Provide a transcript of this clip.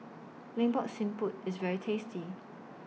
Lemak Siput IS very tasty